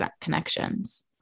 connections